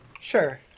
Sure